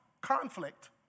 conflict